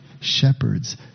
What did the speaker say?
shepherds